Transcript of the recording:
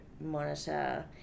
monitor